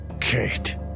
Kate